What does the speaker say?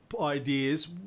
ideas